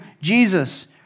Jesus